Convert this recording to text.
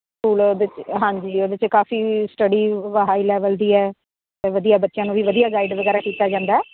school ਵਿੱਚ ਹਾਂਜੀ ਉਹਦੇ 'ਚ ਕਾਫੀ ਸਟੱਡੀ ਹਾਈ ਲੈਵਲ ਦੀ ਹੈ ਵਧੀਆ ਬੱਚਿਆਂ ਨੂੰ ਵੀ ਵਧੀਆ ਗਾਈਡ ਵਗੈਰਾ ਕੀਤਾ ਜਾਂਦਾ